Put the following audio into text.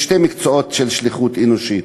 יש שני מקצועות של שליחות אנושית: